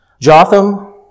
Jotham